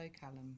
Callum